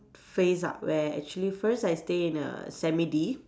phase ah where actually first I stay in a semi D